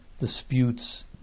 disputes